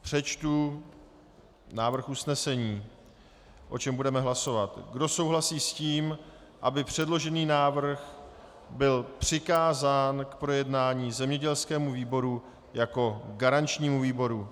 Přečtu návrh usnesení, o čem budeme hlasovat: Kdo souhlasí s tím, aby předložený návrh byl přikázán k projednání zemědělskému výboru jako garančnímu výboru?